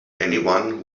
anyone